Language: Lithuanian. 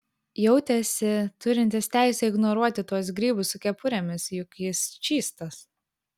jautėsi turintis teisę ignoruoti tuos grybus su kepurėmis juk jis čystas